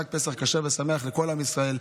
חג פסח כשר ושמח לכל עם ישראל.